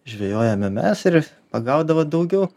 žvejojame mes ir pagaudavo daugiau